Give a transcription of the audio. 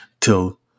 till